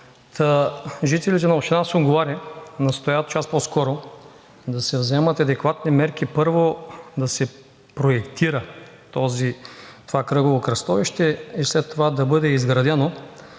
Жителите на община Сунгурларе настояват час по-скоро да се вземат адекватни мерки – първо да се проектира това кръгово кръстовище и след това да бъде изградено.